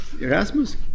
Erasmus